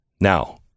Now